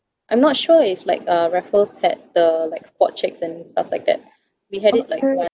I'm not sure if like uh raffles had the like spot checks and stuff like that we had it like one